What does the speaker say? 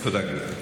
תודה, גברתי.